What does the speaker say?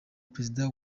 perezida